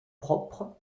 propres